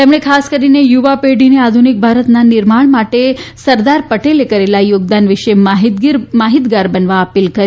તેમણે ખાસ કરીને યુવા પેઢીને આધુનિક ભારતના નિર્માણ માટે સરદાર પટેલે કરેલા યોગદાન વિશે માહિતગાર બનવા અપીલ કરી